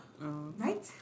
right